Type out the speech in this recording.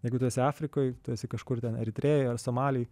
jeigu tu esi afrikoj tu esi kažkur ten eritrėjoj ar somaly